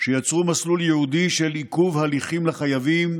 שיצרו מסלול ייעודי של עיכוב ההליכים לחייבים,